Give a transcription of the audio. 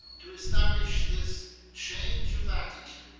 to establish this change of attitude